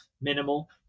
minimal